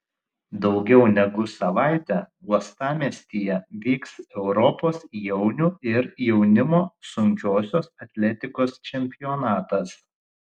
daugiau negu savaitę uostamiestyje vyks europos jaunių ir jaunimo sunkiosios atletikos čempionatas